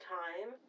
time